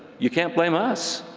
you can't blame us!